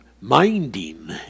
minding